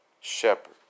shepherd